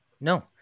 No